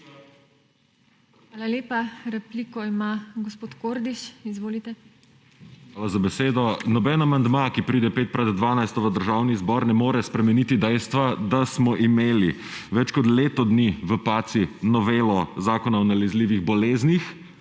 Hvala lepa. Repliko ima gospod Kordiš. Izvolite. **MIHA KORDIŠ (PS Levica):** Hvala za besedo. Noben amandma, ki pride pet pred dvanajsto v Državni zbor, ne more spremeniti dejstva, da smo imeli več kot leto dni v paci novelo Zakona o nalezljivih boleznih